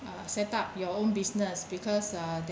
uh set up your own business because